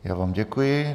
Já vám děkuji.